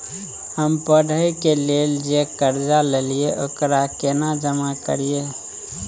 हम पढ़े के लेल जे कर्जा ललिये ओकरा केना जमा करिए?